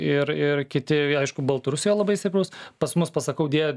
ir ir kiti aišku baltarusijoj labai stiprūs pas mus pasakau deja